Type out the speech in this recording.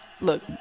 look